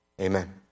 Amen